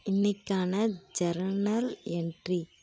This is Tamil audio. இன்றைக்கான ஜர்னல் என்ட்ரி